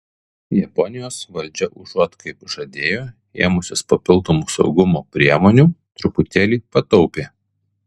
japonijos valdžia užuot kaip žadėjo ėmusis papildomų saugumo priemonių truputėlį pataupė